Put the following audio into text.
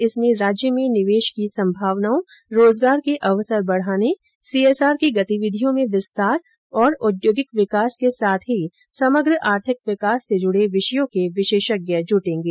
इसमें राज्य में निवेश की संभावनाओ रोजगार के अवसर बढ़ाने सीएसआर की गतिविधियों में विस्तार और औद्योगिक विकास के साथ ही समग्र आर्थिक विकास से जुड़े विषयों के विषेषज्ञ जुटेंगे